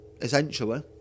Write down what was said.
essentially